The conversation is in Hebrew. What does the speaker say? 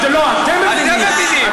לא, אתם מבינים.